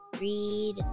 read